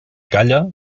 calla